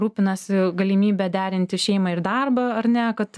rūpinasi galimybe derinti šeimą ir darbą ar ne kad